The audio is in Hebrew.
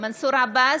מנסור עבאס,